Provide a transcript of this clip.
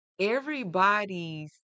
everybody's